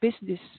business